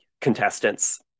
contestants